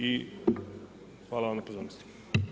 I hvala vam na pozornosti.